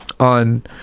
On